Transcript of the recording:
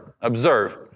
Observe